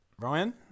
Ryan